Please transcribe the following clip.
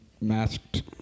Masked